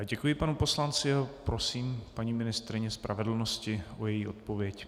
Děkuji panu poslanci a prosím paní ministryni spravedlnosti o její odpověď.